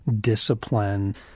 discipline